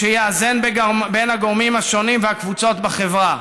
שיאזן בין הגורמים השונים והקבוצות בחברה.